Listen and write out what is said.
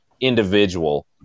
individual